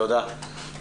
תודה.